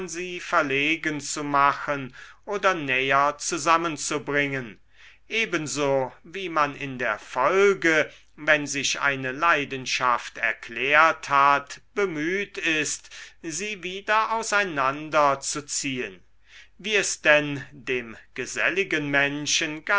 sie verlegen zu machen oder näher zusammenzubringen ebenso wie man in der folge wenn sich eine leidenschaft erklärt hat bemüht ist sie wieder auseinander zu ziehen wie es denn dem geselligen menschen